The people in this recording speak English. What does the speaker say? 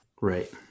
Right